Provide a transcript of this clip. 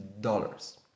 dollars